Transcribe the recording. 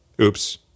Oops